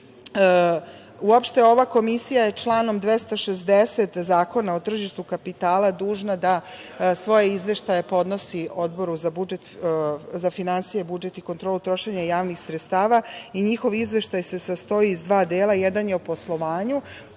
uopšte ova Komisija je članom 260. Zakona o tržištu kapitala dužna da svoje izveštaje podnosi Odboru za finansije, budžet i kontrolu trošenja javnih sredstava i njihov izveštaj se sastoji iz dva dela. Jedan je o poslovanju,